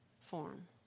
form